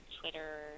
Twitter